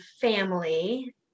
family